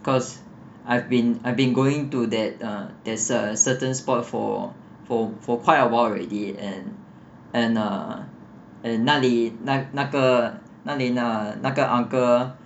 cause I've been I've been going to that uh there's a certain spot for for for quite a while already and and uh and 那里那那个那里的那个 uncle